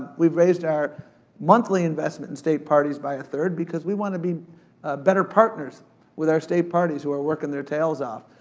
we've raised our monthly investment in state parties by a third, because we wanna be better partners with our state parties who are workin' their tales off.